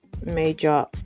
major